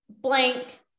blank